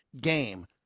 game